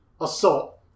assault